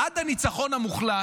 עד הניצחון המוחלט,